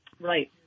Right